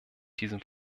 diesem